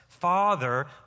father